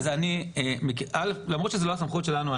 אז למרות שזאת לא הסמכות שלנו,